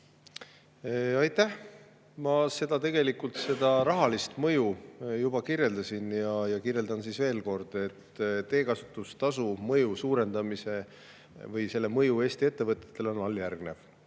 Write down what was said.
Aitäh! Ma tegelikult seda rahalist mõju juba kirjeldasin. Kirjeldan siis veel kord. Teekasutustasu suurendamise mõju Eesti ettevõtetele on alljärgnev.